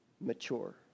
mature